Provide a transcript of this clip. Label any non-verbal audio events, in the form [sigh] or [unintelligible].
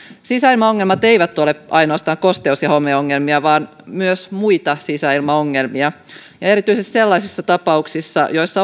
sisäilmaongelmat eivät ole ainoastaan kosteus ja homeongelmia vaan myös muita sisäilmaongelmia ja ja erityisesti sellaisissa tapauksissa joissa [unintelligible]